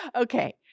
Okay